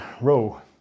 row